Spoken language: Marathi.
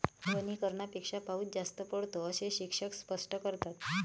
वनीकरणापेक्षा पाऊस जास्त पडतो, असे शिक्षक स्पष्ट करतात